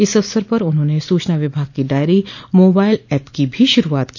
इस अवसर पर उन्होंने सूचना विभाग की डायरी मोबाइल एप की भी शुरूआत की